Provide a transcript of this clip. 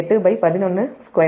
8112